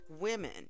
women